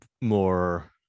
more –